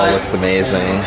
looks amazing,